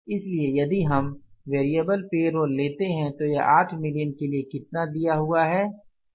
इसलिए यदि हम वैरिएबल पे रोल लेते हैं तो यह 8 मिलियन के लिए कितना दिया हुआ है